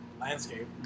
landscape